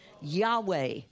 Yahweh